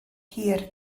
hir